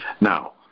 Now